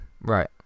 Right